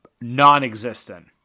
non-existent